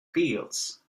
fields